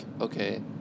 okay